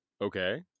Okay